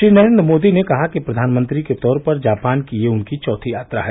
श्री नरेन्द्र मोदी ने कहा कि प्रधानमंत्री के तौर पर जापान की ये उनकी चौथी यात्रा है